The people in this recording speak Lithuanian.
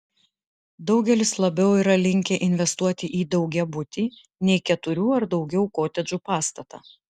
daugelis labiau yra linkę investuoti į daugiabutį nei keturių ar daugiau kotedžų pastatą